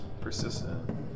persistent